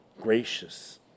gracious